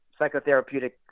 psychotherapeutic